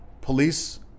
police